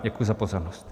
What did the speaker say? Děkuji za pozornost.